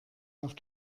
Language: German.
auf